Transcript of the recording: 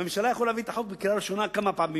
הממשלה יכולה להביא את החוק לקריאה ראשונה כמה פעמים,